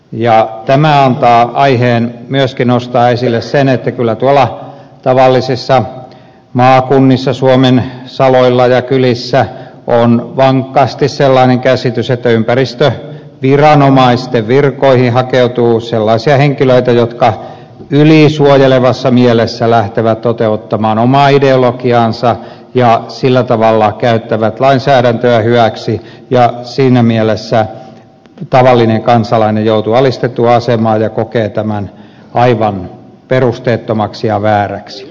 tämä antaa aiheen myöskin nostaa esille sen että kyllä tuolla tavallisissa maakunnissa suomen saloilla ja kylissä on vankasti sellainen käsitys että ympäristöviranomaisten virkoihin hakeutuu sellaisia henkilöitä jotka ylisuojelevassa mielessä lähtevät toteuttamaan omaa ideologiaansa ja sillä tavalla käyttävät lainsäädäntöä hyväksi ja siinä mielessä tavallinen kansalainen joutuu alistettuun asemaan ja kokee tämän aivan perusteettomaksi ja vääräksi